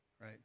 right